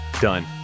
done